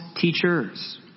teachers